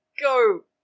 go